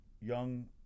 young